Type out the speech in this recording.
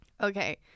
Okay